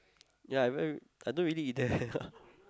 ya I haven't I don't really eat there ya